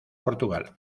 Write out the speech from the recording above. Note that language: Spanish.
portugal